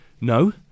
no